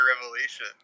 revelation